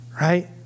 right